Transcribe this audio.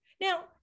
Now